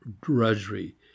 drudgery